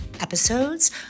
episodes